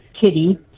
kitty